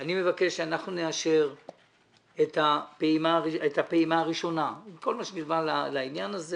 שאנחנו נאשר את הפעימה הראשונה עם כל מה שנלווה לעניין הזה